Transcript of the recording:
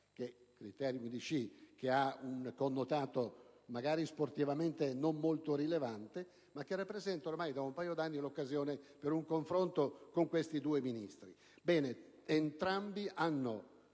che ha un connotato sportivamente magari non molto rilevante ma che rappresenta ormai da un paio d'anni l'occasione per un confronto con questi due Ministri.